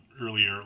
earlier